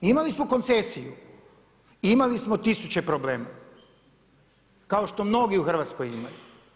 Imali smo koncesiju i imali smo tisuće problema kao što mnogi u Hrvatskoj imaju.